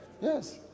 yes